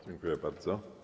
Dziękuję bardzo.